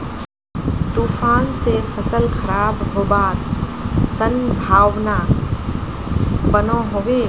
तूफान से फसल खराब होबार संभावना बनो होबे?